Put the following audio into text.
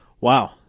Wow